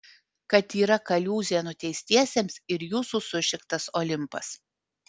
kad yra kaliūzė nuteistiesiems ir jūsų sušiktas olimpas